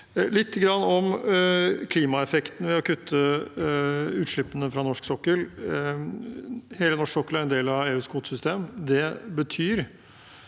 grann om klimaeffekten ved å kutte utslippene fra norsk sokkel: Hele den norske sokkelen er del av EUs kvotesystem.